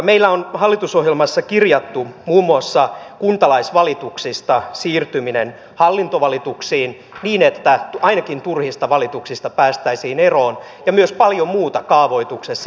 meillä on hallitusohjelmassa kirjattu muun muassa kuntalaisvalituksista siirtyminen hallintovalituksiin niin että ainakin turhista valituksista päästäisiin eroon ja myös paljon muuta kaavoituksesta